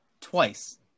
twice